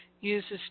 uses